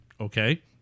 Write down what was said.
Okay